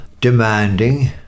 demanding